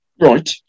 Right